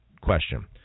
question